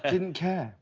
didn't care?